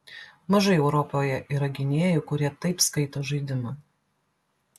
mažai europoje yra gynėjų kurie taip skaito žaidimą